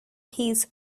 his